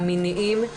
המיניים,